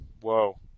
Whoa